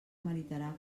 meritarà